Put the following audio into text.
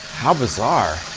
how bizarre.